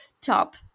top –